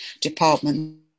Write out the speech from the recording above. department